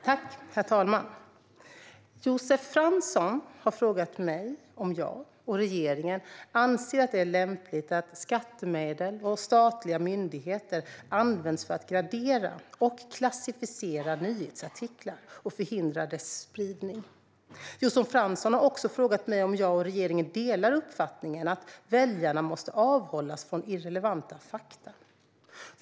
Herr talman! Josef Fransson har frågat mig om jag och regeringen anser att det är lämpligt att skattemedel och statliga myndigheter används för att gradera och klassificera nyhetsartiklar och förhindra deras spridning. Josef Fransson har också frågat mig om jag och regeringen delar uppfattningen att väljarna måste avhållas från "irrelevanta fakta".